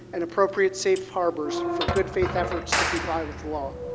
and appropriate safe harbors for good-faith efforts to comply with the law.